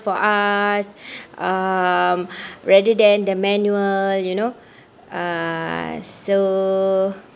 for us um rather than the manual you know uh so